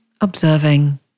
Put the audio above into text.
observing